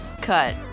cut